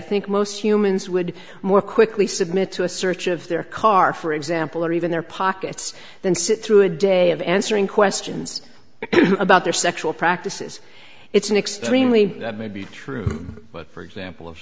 think most humans would more quickly submit to a search of their car for example or even their pockets than sit through a day of answering questions about their sexual practices it's an extremely that may be true but for example